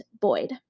Boyd